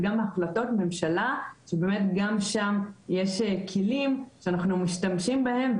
וגם החלטות ממשלה שבאמת גם שם יש כלים שאנחנו משתמשים בהם,